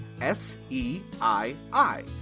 S-E-I-I